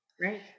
Right